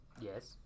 Yes